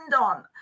on